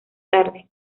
tarde